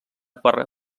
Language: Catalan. per